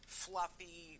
fluffy